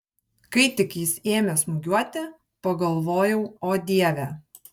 kai tik jis ėmė smūgiuoti pagalvojau o dieve